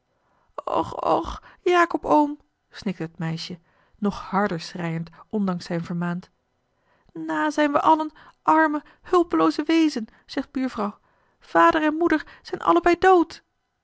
och och jacob oom snikte het meisje nog harder schreiend ondanks zijn vermaan n zijn we allen arme hulpelooze weezen zegt buurvrouw vader en moeder zijn allebeî dood